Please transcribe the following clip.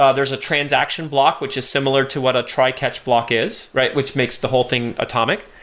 ah there's a transaction block which is similar to what a try-catch block is, right? which makes the whole thing atomic.